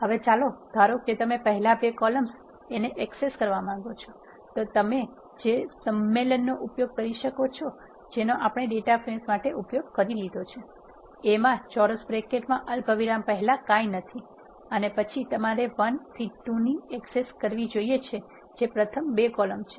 હવે ચાલો ધારો કે તમે પહેલા બે કોલમ્સ ને એક્સેસ કરવા માંગો છો તમે તે જ સંમેલનનો ઉપયોગ કરી શકો છો જેનો આપણે ડેટા ફ્રેમ્સ માટે ઉપયોગ કર્યો છે A માં ચોરસ બ્રેકેટ્સ માં અલ્પવિરામ પહેલાં કાઇ નથી અને પછી તમારે 1 થી 2 ની એક્સેસ જોઈએ છે જે પ્રથમ બે કોલમ છે